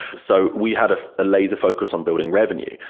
so we had a ah laser-focus on building revenue.